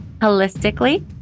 holistically